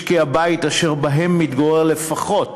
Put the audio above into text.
משקי-בית אשר מתגורר בהם לפחות